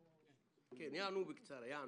בקצרה...